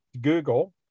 Google